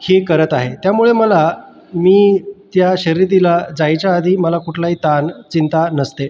हे करत आहे त्यामुळे मला मी त्या शर्यतीला जायच्या आधी मला कुठलाही ताण चिंता नसते